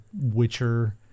Witcher